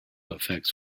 affects